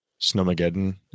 Snowmageddon